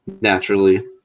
naturally